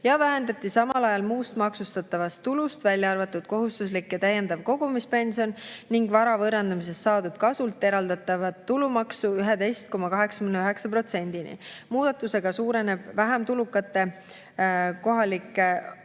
ja vähendati samal ajal muust maksustatavast tulust, välja arvatud kohustuslik ja täiendav kogumispension, ning vara võõrandamisest saadud kasult eraldatavat tulumaksu 11,89%-ni. Muudatusega suureneb vähem tulukate kohalike